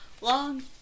Long